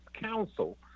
Council